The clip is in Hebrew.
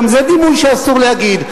גם זה דימוי שאסור להגיד.